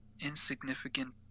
Insignificant